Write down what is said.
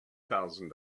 thousand